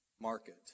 market